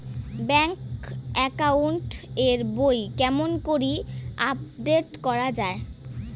Bank account এর বই কেমন করি আপডেট করা য়ায়?